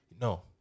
No